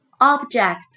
Object